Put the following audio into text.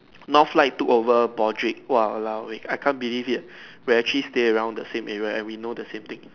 Northlight took over Broadrick !walao! eh I can't believe it we actually stay around the same area and we know the same things